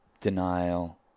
denial